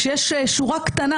שיש שורה קטנה,